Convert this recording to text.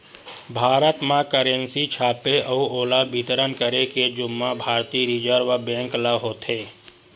भारत म करेंसी छापे अउ ओला बितरन करे के जुम्मा भारतीय रिजर्व बेंक ल होथे